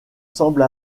semble